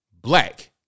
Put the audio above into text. black